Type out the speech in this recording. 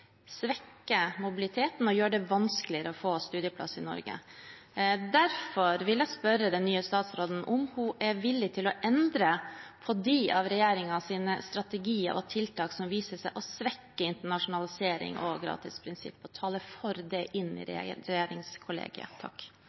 mobiliteten og gjør det vanskeligere å få studieplass i Norge. Derfor vil jeg spørre den nye statsråden om hun er villig til å endre på de av regjeringens strategier og tiltak som viser seg å svekke internasjonalisering og gratisprinsippet, og tale for det inn i regjeringskollegiet.